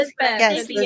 Yes